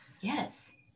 Yes